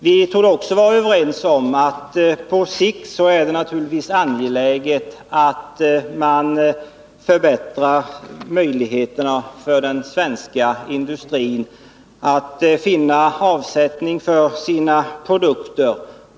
Vi torde också vara överens om att det på sikt naturligtvis är angeläget att man förbättrar möjligheterna för den svenska industrin att finna avsättning för sina produkter.